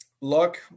luck